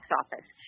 office